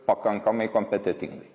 pakankamai kompetentingai